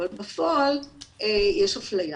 אבל בפועל יש אפליה.